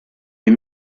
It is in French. les